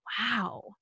wow